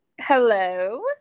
Hello